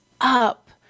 up